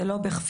זה לא בכפיפה.